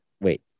wait